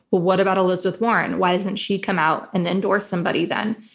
what about elizabeth warren? why hasn't she come out and endorsed somebody then.